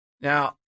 Now